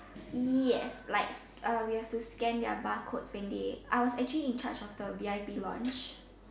yes like uh we have to scan their barcodes when they I was actually in charge of the V_I_P lounge